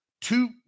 two